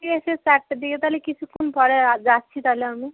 ঠিক আছে চারটের দিকে তাহলে কিছুক্ষণ পরে যা যাচ্ছি তাহলে আমি